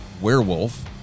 werewolf